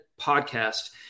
podcast